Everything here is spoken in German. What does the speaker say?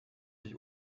sich